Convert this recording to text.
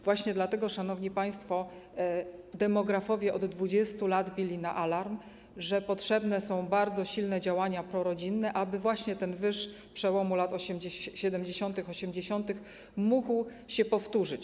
Właśnie dlatego, szanowni państwo, demografowie od 20 lat bili na alarm, że potrzebne są bardzo silne działania prorodzinne, aby właśnie ten wyż przełomu lat 70. i 80. mógł się powtórzyć.